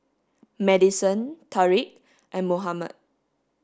Madisen Tariq and Mohammad